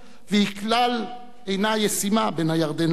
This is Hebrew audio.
והיא כלל אינה ישימה בין הירדן לים.